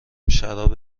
شراب